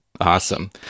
awesome